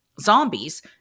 zombies